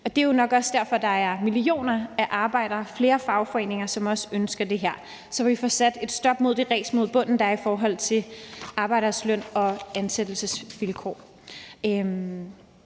Det er jo nok også derfor, at der er millioner af arbejdere og flere fagforeninger, som også ønsker det her, så vi får sat et stop for det ræs mod bunden, der er i forhold til arbejderes løn- og ansættelsesvilkår.